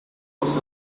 was